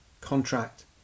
contract